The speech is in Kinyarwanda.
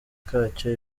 kacyo